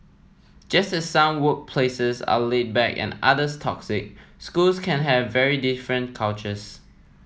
just as some workplaces are laid back and others toxic schools can have very different cultures